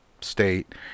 State